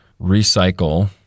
recycle